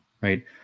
right